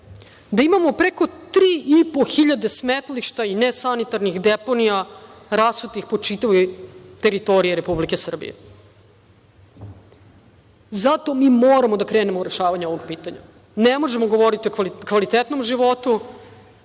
da imamo preko tri i po hiljade smetlišta i nesanitarnih deponija rasutih po čitavoj teritoriji Republike Srbije. Zato mi moramo da krenemo u rešavanje ovog pitanja. Ne možemo govoriti o kvalitetnom životu